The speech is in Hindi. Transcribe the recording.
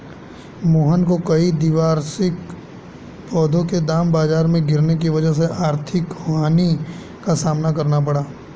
मोहन को कई द्विवार्षिक पौधों के दाम बाजार में गिरने की वजह से आर्थिक हानि का सामना करना पड़ा